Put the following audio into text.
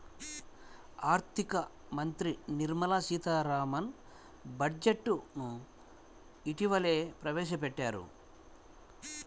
ఆర్ధిక మంత్రి నిర్మలా సీతారామన్ బడ్జెట్ ను ఇటీవలనే ప్రవేశపెట్టారు